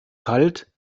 kalt